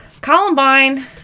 Columbine